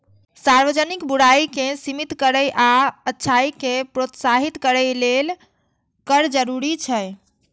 सार्वजनिक बुराइ कें सीमित करै आ अच्छाइ कें प्रोत्साहित करै लेल कर जरूरी छै